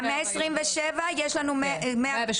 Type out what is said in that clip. מה-127 יש לנו --- 108